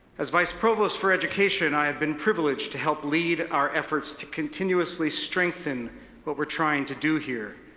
as vice provost for education, i have been privileged to help lead our efforts to continuously strengthen what we're trying to do here.